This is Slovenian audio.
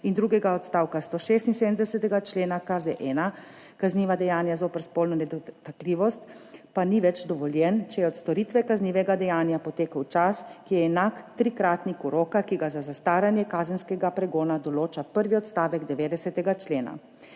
in drugega odstavka 176. člena KZ-1, kazniva dejanja zoper spolno nedotakljivost, pa ni več dovoljen, če je od storitve kaznivega dejanja potekel čas, ki je enak trikratniku roka, ki ga za zastaranje kazenskega pregona določa prvi odstavek 90. člena.